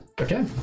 Okay